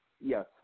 Yes